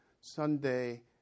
Sunday